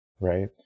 right